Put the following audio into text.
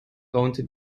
raunte